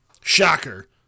Shocker